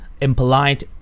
impolite